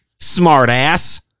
Smartass